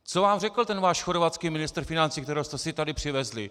Co vám řekl ten váš chorvatský ministr financí, kterého jste si sem přivezli?